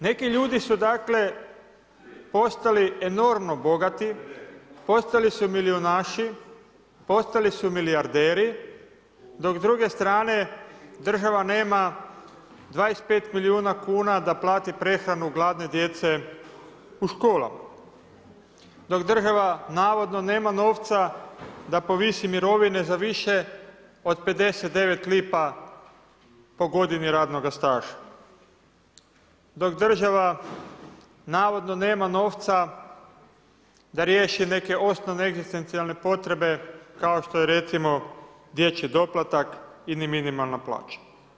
Neki ljudi su postali enormno bogati, postali su milijunaši, postali su milijarderi dok s druge strane država nema 25 milijuna kuna da plati prehranu gladne djece u školama, dok država navodno nema novca da povisi mirovine za više od 59 lipa po godini radnog staža, dok država navodno nema novca da riješi neke osnovne egzistencijalne potrebe kao što je recimo dječji doplatak i minimalna plaća.